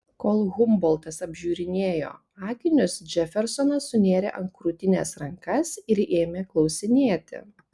kol humboltas apžiūrinėjo akinius džefersonas sunėrė ant krūtinės rankas ir ėmė klausinėti